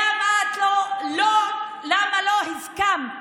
למה לא הסכמת,